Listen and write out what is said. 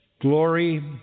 glory